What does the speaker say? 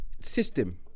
system